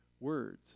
words